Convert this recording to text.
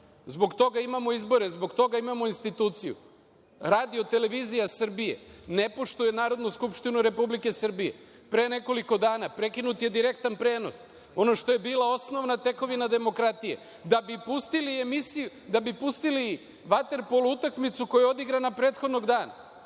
Zbog toga imamo izbore. Zbog toga imamo instituciju. Radio televizija Srbije ne poštuje Narodnu skupštinu Republike Srbije. Pre nekoliko dana prekinut je direktan prenos, ono što je bila osnovna tekovina demokratije, da bi pustili vaterpolo utakmicu koja je odigrana prethodnog dana.